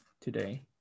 today